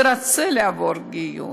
ורוצה לעבור גיור.